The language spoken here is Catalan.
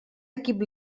equip